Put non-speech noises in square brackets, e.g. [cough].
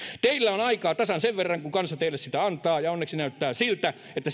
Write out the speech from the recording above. teillä on aikaa tasan sen verran kuin kansa teille sitä antaa ja onneksi näyttää siltä että [unintelligible]